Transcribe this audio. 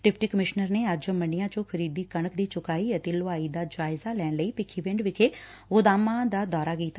deputy commissioner ਨੇ ਅੱਜ ਮੰਡੀਆ ਚੋਂ ਖਰੀਦੀ ਕਣਕ ਦੀ ਚੁਕਾਈ ਅਤੇ ਲੁਹਾਈ ਦਾ ਜਾਇਜ਼ਾ ਲੈਣ ਲਈ ਭਿਖੀਵਿੰਡ ਵਿਖੇ ਗੋਦਾਮਾਂ ਦਾ ਦੌਰਾ ਕੀਤਾ